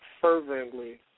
fervently